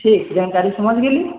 ठीक छै जानकारी समझ गेली